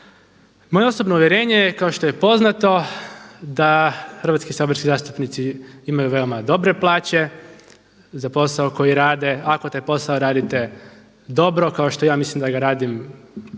Moje osobno uvjerenje kao što je poznato da hrvatski saborski zastupnici imaju veoma dobre plaće za posao koji rade, ako taj posao radite dobro kao što ja mislim da ga radim relativno